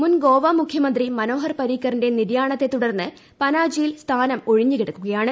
മുൻ ഗോവ മുഖ്യമന്ത്രി മനോഹർ പരീക്കറിന്റെ നിര്യാണത്തെ തുടർന്ന് പനാജിയിൽ സ്ഥാനം ഒഴിഞ്ഞ് കിടക്കുകയാണ്